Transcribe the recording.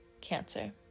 Cancer